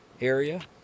Area